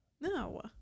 No